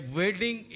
wedding